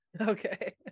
Okay